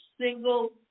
single